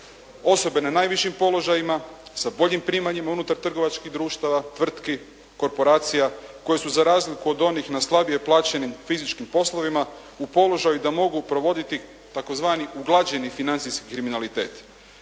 osobe na najvišim položajima sa boljim primanjima unutar trgovačkih društava, tvrtki, korporacija, koje su za razliku od onih na slabije plaćenim fizičkim poslovima u položaju da mogu provoditi tzv. uglađeni financijski kriminalitet.